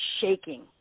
shaking